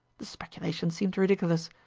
the speculation seemed ridiculous.